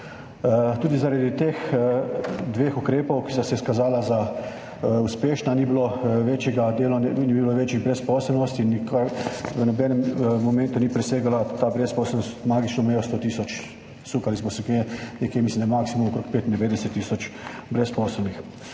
Tudi zaradi teh dveh ukrepov, ki sta se izkazala za uspešna, ni bilo večjih brezposelnosti in nikakor v nobenem momentu ni presegala ta brezposelnost magične meje 100 tisoč. Sukali smo se nekje, mislim, maksimalno okrog 95 tisoč brezposelnih.